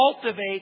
cultivate